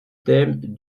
thème